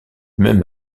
même